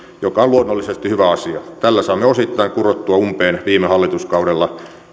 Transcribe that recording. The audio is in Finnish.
mikä on luonnollisesti hyvä asia tällä saamme osittain kurottua umpeen viime hallituskaudella